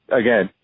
again